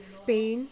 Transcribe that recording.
Spain